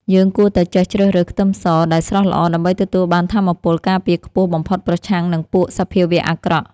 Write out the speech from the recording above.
យើងគួរតែចេះជ្រើសរើសខ្ទឹមសដែលស្រស់ល្អដើម្បីទទួលបានថាមពលការពារខ្ពស់បំផុតប្រឆាំងនឹងពួកសភាវៈអាក្រក់។